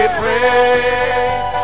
praise